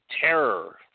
terror